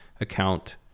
account